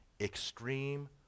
Extreme